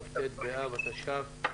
כ"ט באב התש"ף.